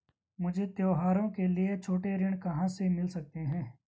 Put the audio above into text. मुझे त्योहारों के लिए छोटे ऋण कहाँ से मिल सकते हैं?